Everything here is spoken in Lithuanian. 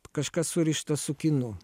kažkas surišta su kinu